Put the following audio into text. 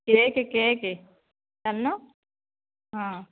cake cake ଚାଲୁନ ହଁ